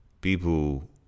People